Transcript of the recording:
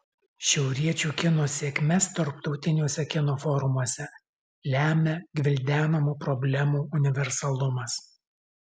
šiauriečių kino sėkmes tarptautiniuose kino forumuose lemia gvildenamų problemų universalumas